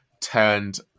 turned